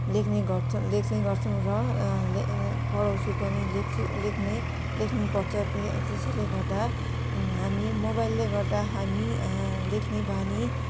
लेख्ने गर्छ लेख्ने गर्छौँ र पढाउँछु पनि लेख्छु लेख्ने लेख्नुपर्छ त्यसैले गर्दा हामी मोबाइलले गर्दा हामी लेख्ने बानी